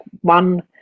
one